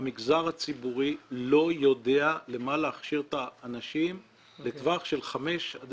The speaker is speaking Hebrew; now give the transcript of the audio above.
המגזר הציבורי לא יודע למה להכשיר את האנשים בטווח של חמש עד